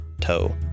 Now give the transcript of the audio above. toe